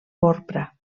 porpra